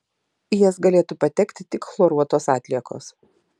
į jas galėtų patekti tik chloruotos atliekos